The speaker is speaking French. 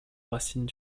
racines